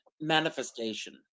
manifestation